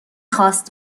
خواست